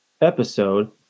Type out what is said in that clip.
episode